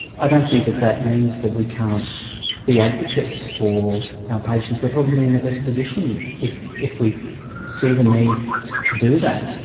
i don't think that that means that we can't be advocates for our patients we are probably in the best position if if we see the need to do that.